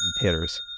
hitters